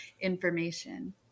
information